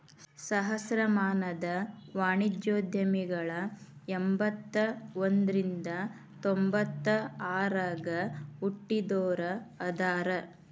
ಸಹಸ್ರಮಾನದ ವಾಣಿಜ್ಯೋದ್ಯಮಿಗಳ ಎಂಬತ್ತ ಒಂದ್ರಿಂದ ತೊಂಬತ್ತ ಆರಗ ಹುಟ್ಟಿದೋರ ಅದಾರ